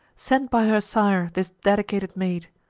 sent by her sire, this dedicated maid!